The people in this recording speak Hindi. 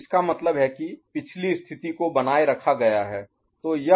इसका मतलब है कि पिछली स्थिति स्टेट को बनाए रखा गया है